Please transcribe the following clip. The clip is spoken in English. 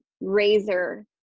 razor